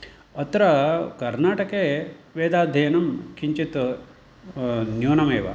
अत्र कर्नाटके वेदाध्ययनं किञ्चित् न्यूनमेव